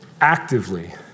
actively